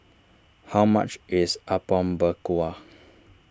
how much is Apom Berkuah